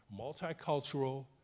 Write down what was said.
Multicultural